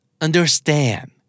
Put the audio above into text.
Understand